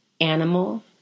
animal